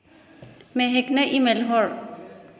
मेहेकनो email Har